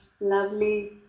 lovely